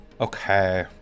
Okay